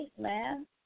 man